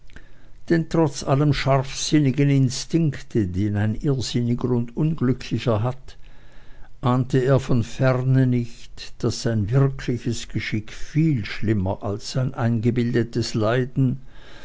denn trotz allem scharfsinnigen instinkte den ein irrsinniger und unglücklicher hat ahnte er von ferne nicht daß sein wirkliches geschick viel schlimmer als sein eingebildetes leiden